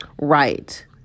Right